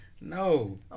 No